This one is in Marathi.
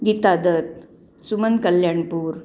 गीता दत्त सुमन कल्याणपूर